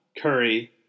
Curry